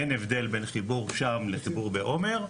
אין הבדל בין חיבור שם לחיבור בעומר,